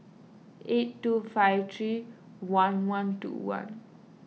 eight two five three one one two one